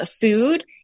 food